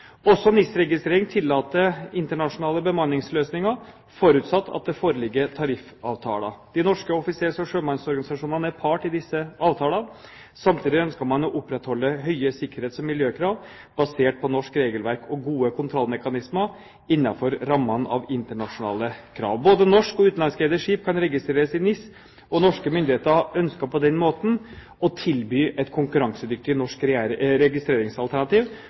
Også NIS-registrering tillater internasjonale bemanningsløsninger, forutsatt at det foreligger tariffavtaler. De norske offisers- og sjømannsorganisasjonene er part i disse avtalene. Samtidig ønsket man å opprettholde høye sikkerhets- og miljøkrav basert på norsk regelverk og gode kontrollmekanismer innenfor rammene av internasjonale krav. Både norskeide og utenlandskeide skip kan registreres i NIS. Norske myndigheter ønsket på denne måten å tilby et konkurransedyktig norsk registreringsalternativ,